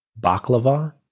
baklava